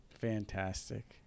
fantastic